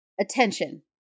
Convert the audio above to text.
attention